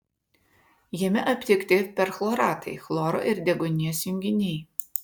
jame aptikti perchloratai chloro ir deguonies junginiai